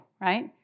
right